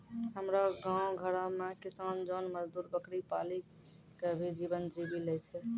हमरो गांव घरो मॅ किसान जोन मजदुर बकरी पाली कॅ भी जीवन जीवी लॅ छय